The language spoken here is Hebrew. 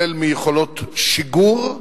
החל ביכולות שיגור,